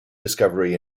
discovery